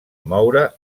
moure